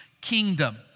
kingdom